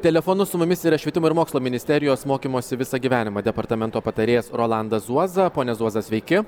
telefonu su mumis yra švietimo ir mokslo ministerijos mokymosi visą gyvenimą departamento patarėjas rolandas zuoza pone zuoza sveiki